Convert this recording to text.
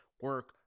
Work